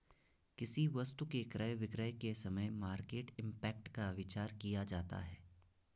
किसी वस्तु के क्रय विक्रय के समय मार्केट इंपैक्ट का विचार किया जाता है